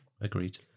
Agreed